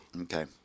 Okay